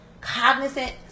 cognizant